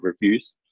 reviews